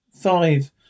five